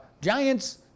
giants